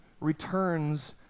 returns